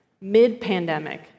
mid-pandemic